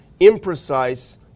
imprecise